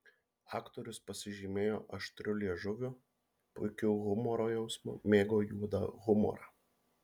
aktorius pasižymėjo aštriu liežuviu puikiu humoro jausmu mėgo juodą humorą